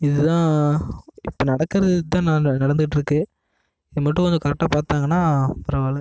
இது தான் இப்போ நடக்கிறது இது தான் ந நடந்துட்டுருக்கு இது மட்டும் கொஞ்சம் கரெக்டாக பார்த்தாங்கன்னா பரவால்ல